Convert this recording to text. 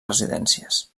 residències